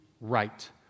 right